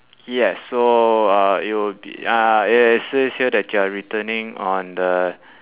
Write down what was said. yes so uh it will be uh it says here that you are returning on the